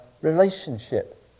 relationship